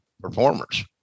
performers